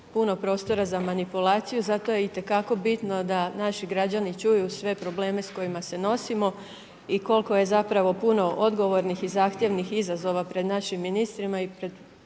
puno prostora za manipulaciju, zato je itekako bitno da naši građani čuju sve probleme s kojima se nosimo i koliko je zapravo puno odgovornih i zahtjevnih izazova pred našim ministrima i pred